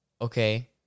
okay